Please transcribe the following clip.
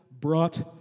brought